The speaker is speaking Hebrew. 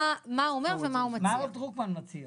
הרב אליהו, מה הרב דרוקמן מציע